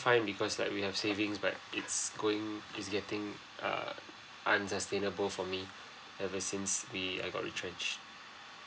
fine because like we have savings but it's going it's getting err unsustainable for me ever since we I got retrench